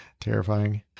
Terrifying